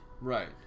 Right